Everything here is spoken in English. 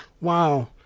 Wow